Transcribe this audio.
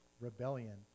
rebellion